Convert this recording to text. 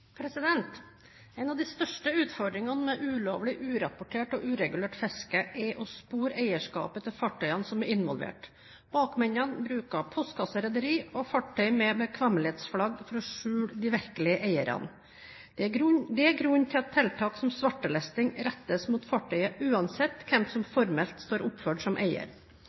En av de største utfordringene med ulovlig, urapportert og uregulert fiske er å spore eierskapet til fartøyene som er involvert. Bakmennene bruker postkasserederier og fartøy med bekvemmelighetsflagg for å skjule de virkelige eierne. Det er grunnen til at tiltak som svartelisting rettes mot fartøyet, uansett hvem som formelt står oppført som eier.